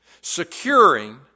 securing